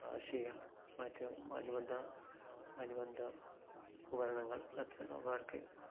കാർഷിക മറ്റ് അനുബന്ധ അനുബന്ധ ഉപകരണങ്ങൾ എത്ര പേർക്ക്